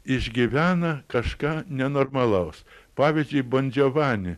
išgyvena kažką nenormalaus pavyzdžiui ban džiovani